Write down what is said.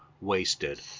Wasted